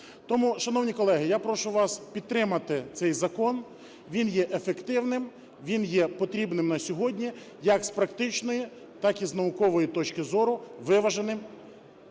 Тому, шановні колеги, я прошу вас підтримати цей закон. Він є ефективним. Він є потрібним на сьогодні, як з практичної, так і з наукової точки зору, виваженим.